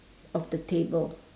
of the table